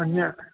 अन्य